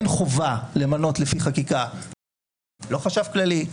אין חובה למנות לפי חקיקה לא חשב כללי,